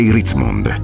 Ritzmond